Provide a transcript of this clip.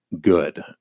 good